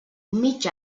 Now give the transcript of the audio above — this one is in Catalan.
mig